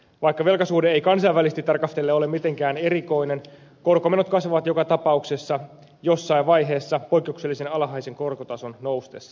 vaikka velkasuhde ei kansainvälisesti tarkastellen ole mitenkään erikoinen korkomenot kasvavat joka tapauksessa jossain vaiheessa poikkeuksellisen alhaisen korkotason noustessa